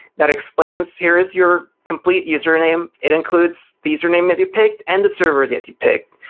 that explains, here is your complete username. it includes the username that you picked and the server that you picked.